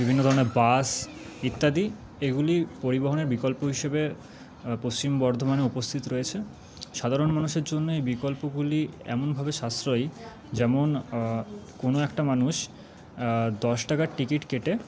বিভিন্ন ধরনের বাস ইত্যাদি এগুলি পরিবহনের বিকল্প হিসেবে পশ্চিম বর্ধমানে উপস্থিত রয়েছে সাধারণ মানুষের জন্য বিকল্পগুলি এমনভাবে সাশ্রয়ী যেমন কোনও একটা মানুষ দশ টাকার টিকিট কেটে